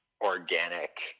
organic